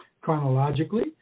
chronologically